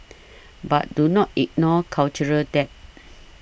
but do not ignore cultural debt